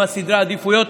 מה סדרי העדיפויות,